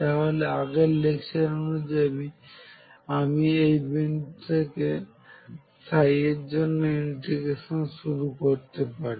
তাহলে আগের লেকচার অনুযায়ী আমি এই বিন্দু থেকে এর জন্য ইট্রিগ্রেশন শুরু করতে পারি